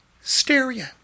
Stereo